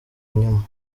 inyuma